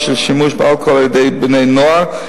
של שימוש באלכוהול על-ידי בני-נוער,